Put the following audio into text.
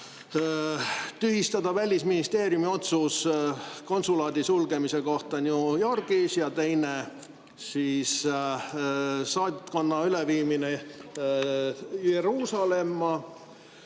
tühistada Välisministeeriumi otsus konsulaadi sulgemise kohta New Yorgis ja teine saatkonna üleviimine Jeruusalemma.